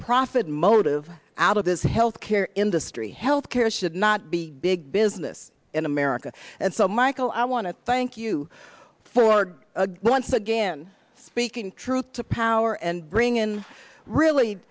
profit motive out of this health care industry health care should not be a big business in america and so michael i want to thank you for once again speaking truth to power and bring in really